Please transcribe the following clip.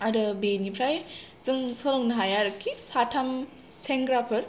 आरो बेनिफ्राइ जों सोलोंनो हायो आरोखि साथाम सेंग्राफोर